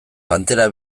pantera